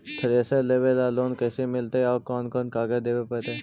Thresher लेबे ल loan कैसे मिलतइ और कोन कोन कागज देबे पड़तै?